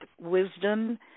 wisdom